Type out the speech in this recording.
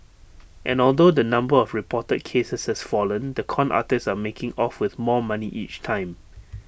and although the number of reported cases has fallen the con artists are making off with more money each time